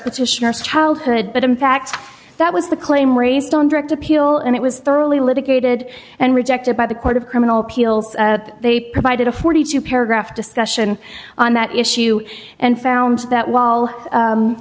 petitioners childhood but in fact that was the claim raised on direct appeal and it was thoroughly litigated and rejected by the court of criminal appeals they provided a forty two paragraph discussion on that issue and found that w